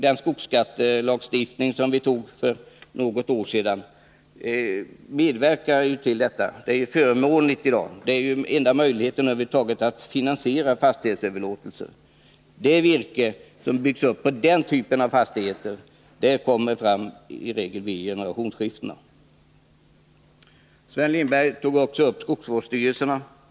Den skogsskattelagstiftning som vi antog för något år sedan medverkar ju till detta. Det är i dag förmånligt att planera på det sättet. Det är den enda möjligheten över huvud taget att finansiera fastighetsöverlåtelser. Det virkesbestånd som byggts upp på denna typ av fastigheter kommer i regel in i produktionen i samband med generationsskiftena. Sven Lindberg talade också om skogsvårdsstyrelsen.